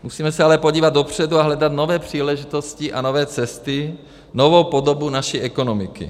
Musíme se ale podívat dopředu a hledat nové příležitosti a nové cesty, novou podobu naší ekonomiky.